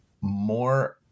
more